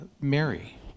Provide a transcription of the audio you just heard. Mary